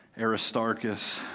Aristarchus